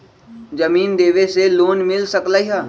जमीन देवे से लोन मिल सकलइ ह?